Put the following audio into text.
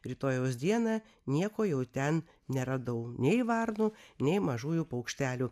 rytojaus dieną nieko jau ten neradau nei varnų nei mažųjų paukštelių